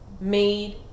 made